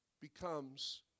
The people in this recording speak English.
becomes